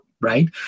right